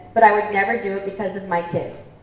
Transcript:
but i would never do it because of my kids.